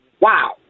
wow